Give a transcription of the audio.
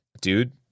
Dude